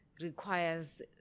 requires